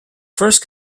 first